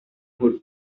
who